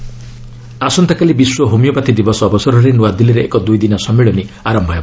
homeopathy convention ଆସନ୍ତାକାଲି ବିଶ୍ୱ homeopathy ଦିବସ ଅବସରରେ ନୂଆଦିଲ୍ଲୀରେ ଏକ ଦୁଇଦିନିଆ ସମ୍ମିଳନୀ ଆରମ୍ଭ ହେବ